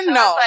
no